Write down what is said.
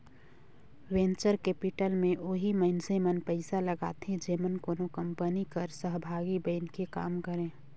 venture capital में ओही मइनसे मन पइसा लगाथें जेमन कोनो कंपनी कर सहभागी बइन के काम करें